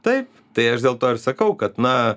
taip tai aš dėl to ir sakau kad na